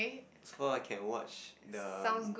so I can watch the